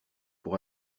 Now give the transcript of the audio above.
pour